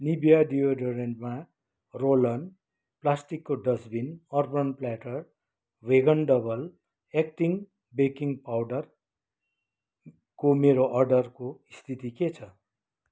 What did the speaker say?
Nivea डिओडोरेन्टमा roll on प्लास्टिकको dustbin urban platter vegan double acting baking पाउडरको मेरो अर्डरको स्थिति के छ